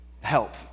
help